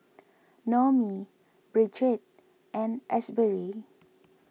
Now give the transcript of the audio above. Noemie Bridget and Asbury